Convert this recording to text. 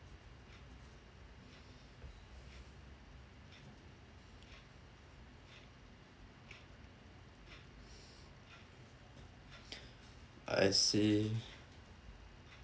I see